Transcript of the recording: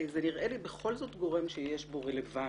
זה נראה לי בכל זאת גורם שיש בו רלוונטיות.